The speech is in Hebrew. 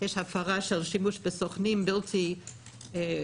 יש הפרה על שימוש בסוכנים בלתי מורשים,